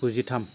गुजिथाम